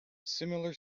similar